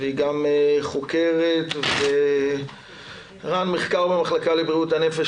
והיא גם חוקרת ורע"ן מחקר במחלקה לבריאות הנפש